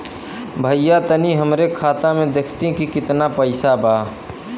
भईया तनि हमरे खाता में देखती की कितना पइसा बा?